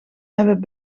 hebben